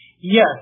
Yes